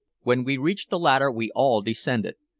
when we reached the latter we all descended,